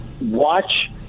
watch